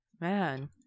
man